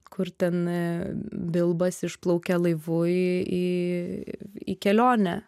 kur ten bilbas išplaukia laivu į į į kelionę